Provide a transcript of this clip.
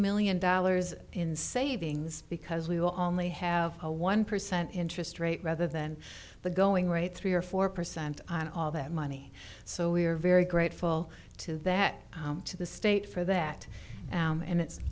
million dollars in savings because we will only have a one percent interest rate rather than the going rate three or four percent and all that money so we are very grateful to that to the state for that and it's